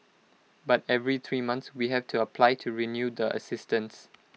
but every three months we have to apply to renew the assistance